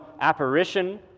apparition